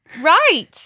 right